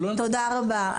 תודה רבה.